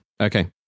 Okay